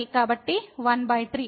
కాబట్టి 13